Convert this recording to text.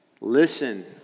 Listen